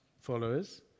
followers